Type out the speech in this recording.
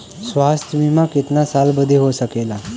स्वास्थ्य बीमा कितना साल बदे हो सकेला?